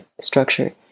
structure